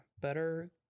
better